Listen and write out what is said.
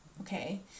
okay